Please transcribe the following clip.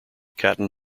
caton